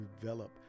develop